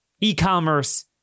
e-commerce